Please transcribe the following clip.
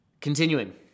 Continuing